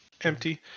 empty